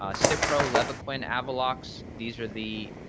ah, so cipro, levaquin, avelox, these are the